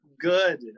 good